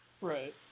right